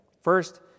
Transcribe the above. First